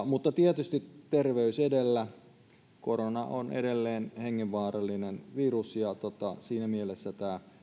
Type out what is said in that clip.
mutta tietysti terveys edellä korona on edelleen hengenvaarallinen virus ja siinä mielessä